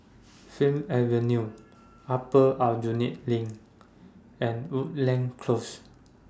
Fir Avenue Upper Aljunied LINK and Woodleigh Close